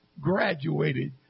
graduated